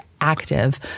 active